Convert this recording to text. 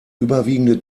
überwiegende